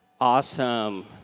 Awesome